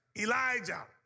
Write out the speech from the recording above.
Elijah